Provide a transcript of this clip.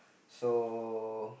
so